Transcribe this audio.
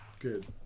Good